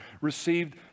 received